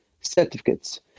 certificates